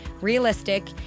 realistic